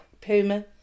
puma